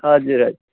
हजुर हजुर